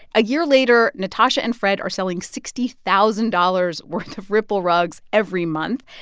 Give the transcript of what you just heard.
a year later, natasha and fred are selling sixty thousand dollars worth of ripple rugs every month.